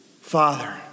Father